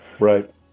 right